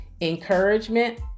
encouragement